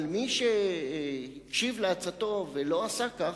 אבל מי שהקשיב לעצתו ולא עשה כך,